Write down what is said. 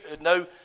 no